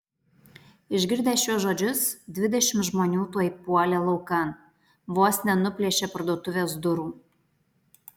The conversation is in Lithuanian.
išgirdę šiuos žodžius dvidešimt žmonių tuoj puolė laukan vos nenuplėšė parduotuvės durų